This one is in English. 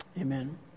amen